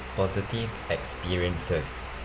positive experiences